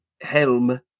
helm